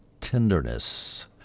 tenderness